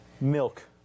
Milk